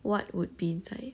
what would be inside